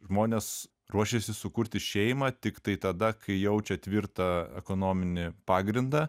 žmonės ruošėsi sukurti šeimą tiktai tada kai jaučia tvirtą ekonominį pagrindą